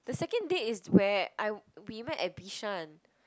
the second date is where I we met at Bishan